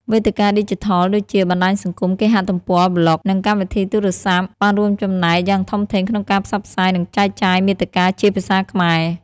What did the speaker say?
វេទិកាឌីជីថលដូចជា បណ្ដាញសង្គម គេហទំព័រ ប្លុក និងកម្មវិធីទូរស័ព្ទ បានរួមចំណែកយ៉ាងធំធេងក្នុងការផ្សព្វផ្សាយ និងចែកចាយមាតិកាជាភាសាខ្មែរ។